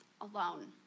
alone